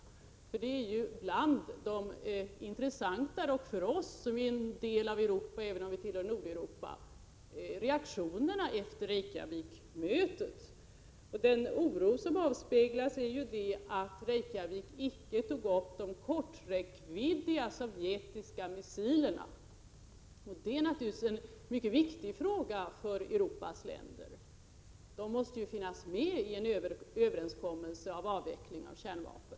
Dessa reaktioner hör ju till de intressantare efter Reykjavikmötet — också för oss — även om Sverige tillhör Nordeuropa. Den oro som avspeglas i reaktionerna gäller detta att man vid Reykjavikmötet icke tog upp de korträckviddiga sovjetiska missilerna. Det är naturligtvis en mycket viktig fråga för Europas länder — dessa missiler måste finnas med i en överenskommelse om avveckling av kärnvapen.